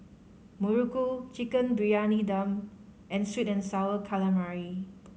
Muruku Chicken Briyani Dum and Sweet and Sour Calamari